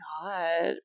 god